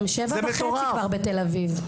כבר 7,500 שקל לחודש בתל אביב.